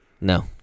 No